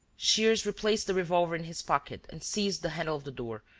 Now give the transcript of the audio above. shears replaced the revolver in his pocket and seized the handle of the door,